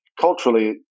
culturally